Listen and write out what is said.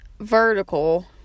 vertical